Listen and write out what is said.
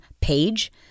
page